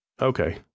Okay